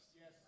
Yes